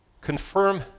Confirm